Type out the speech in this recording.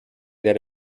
that